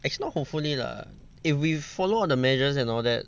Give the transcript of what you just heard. it's not hopefully lah if we follow all the measures and all that